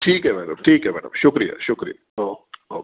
ठीक ऐ मैडम ठीक ऐ मैडम शुक्रिया शुक्रिया ओके